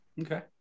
Okay